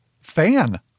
Fan